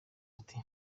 ati